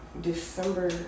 December